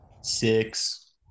Six